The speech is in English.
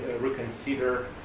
reconsider